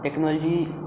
technology